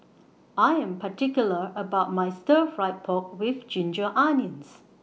I Am particular about My Stir Fried Pork with Ginger Onions